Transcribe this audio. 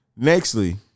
Nextly